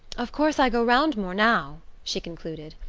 of course i go round more now, she concluded.